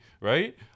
right